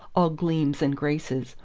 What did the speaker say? all gleams and graces,